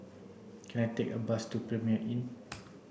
can I take a bus to Premier Inn